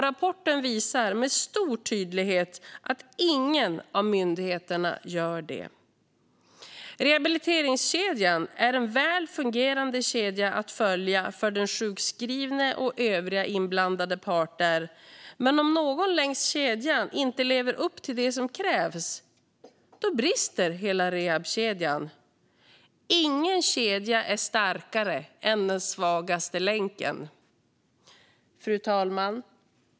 Rapporten visar med stor tydlighet att ingen av myndigheterna gör detta. Rehabiliteringskedjan är en väl fungerande kedja att följa för den sjukskrivne och övriga inblandade parter. Men om någon längs kedjan inte lever upp till det som krävs brister hela rehabkedjan. Ingen kedja är starkare än den svagaste länken. Fru talman!